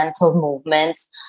movements